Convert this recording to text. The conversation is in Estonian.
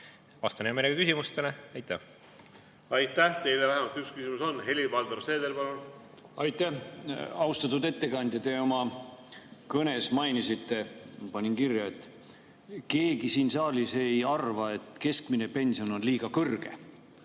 Seeder, palun! Aitäh! Teile vähemalt üks küsimus on. Helir-Valdor Seeder, palun! Aitäh! Austatud ettekandja! Te oma kõnes mainisite, ma panin kirja: keegi siin saalis ei arva, et keskmine pension on liiga kõrge.